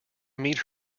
meet